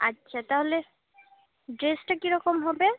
আচ্ছা তাহলে ড্রেসটা কী রকম হবে